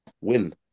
win